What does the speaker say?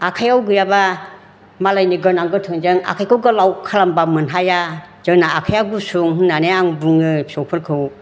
आखाइयाव गैयाबा मालायनि गोनां गोथोंजों आखाइखौ गोलाव खालामबा मोनहाया जोंना आखाइया गुसुं होननानै आं बुङो फिसौफोरखौ